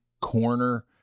corner